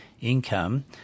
income